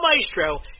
Maestro